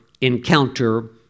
encounter